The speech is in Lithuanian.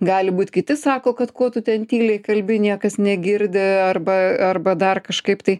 gali būt kiti sako kad ko tu ten tyliai kalbi niekas negirdi arba arba dar kažkaip tai